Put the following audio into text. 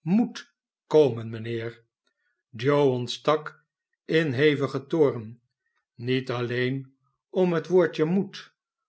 moet komen mijnheer joe ontstak in hevigen toorn niet alleen om het woordje moet